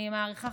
אני מעריכה,